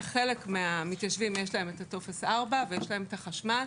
לחלק מהמתיישבים יש טופס 4 ויש להם חשמל,